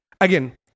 again